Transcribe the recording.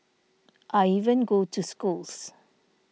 I even go to schools